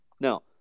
Now